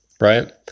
right